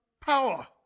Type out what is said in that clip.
power